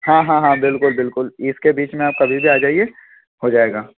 हाँ हाँ हाँ बिल्कुल बिल्कुल इसके बीच में आप कभी भी आ जाइए हो जाएगा